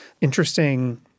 interesting